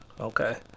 Okay